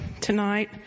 tonight